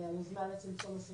אפשר לבדוק